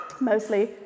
mostly